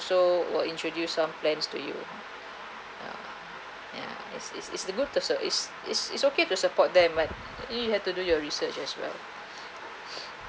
so who'll introduced some plans to you ya ya is is is the good is is is okay to support them but you had to do your research as well